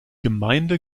gemeinde